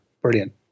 brilliant